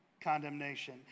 condemnation